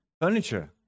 furniture